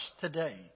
today